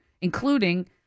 including